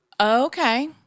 Okay